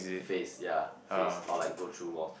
face ya face or like go through wall